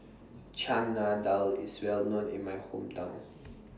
Chana Dal IS Well known in My Hometown